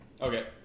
Okay